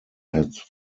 had